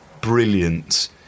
brilliant